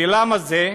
ולמה זה?